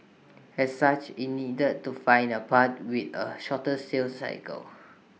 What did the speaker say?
as such IT needed to find A path with A shorter sales cycle